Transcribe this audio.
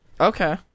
Okay